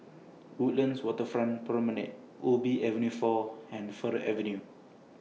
Woodlands Waterfront Promenade Ubi Avenue four and Fir Avenue